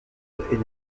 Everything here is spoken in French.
est